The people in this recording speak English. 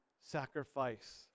sacrifice